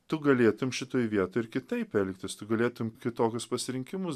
tu galėtum šitoj vietoj ir kitaip elgtis tu galėtum kitokius pasirinkimus